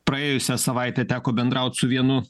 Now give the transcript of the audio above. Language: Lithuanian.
praėjusią savaitę teko bendraut su vienu